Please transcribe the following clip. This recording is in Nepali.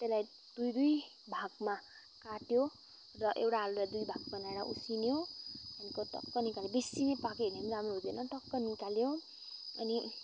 त्यसलाई दुई दुई भागमा काट्यो र एउटा आलुलाई दुई भाग बनाएर उसिन्यो त्यहाँदेखिको टक्क निकाल्यो बेस्सी नै पाक्यो भने पनि राम्रो हुँदैन टक्क निकाल्यो अनि